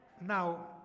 Now